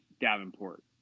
Davenport